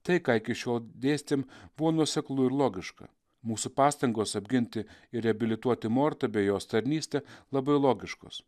tai ką iki šiol dėstėm buvo nuoseklu ir logiška mūsų pastangos apginti ir reabilituoti mortą bei jos tarnystę labai logiškos